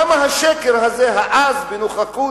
למה השקר הזה, העז, בנוכחות